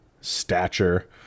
stature